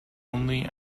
only